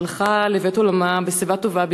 שהלכה לעולמה בשיבה טובה,